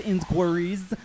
Inquiries